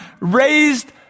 raised